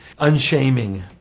unshaming